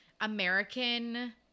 American